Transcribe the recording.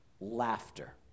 laughter